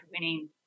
winning